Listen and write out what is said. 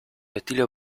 estilo